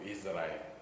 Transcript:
Israel